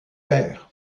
pairs